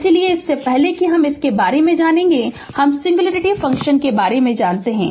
इसलिए इससे पहले कि हम इसके बारे में जानेंगे हम सिंगुलारिटी फ़ंक्शन के बारे में जानेंगे